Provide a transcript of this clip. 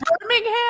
Birmingham